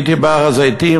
הייתי בהר-הזיתים,